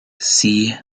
see